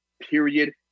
Period